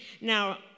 Now